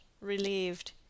relieved